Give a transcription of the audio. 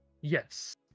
yes